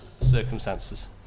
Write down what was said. circumstances